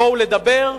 בואו לדבר,